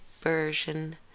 version